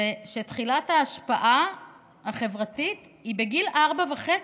שתחילת ההשפעה החברתית היא בגיל ארבע וחצי,